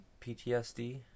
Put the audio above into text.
PTSD